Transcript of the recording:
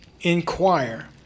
inquire